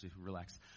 relax